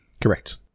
Correct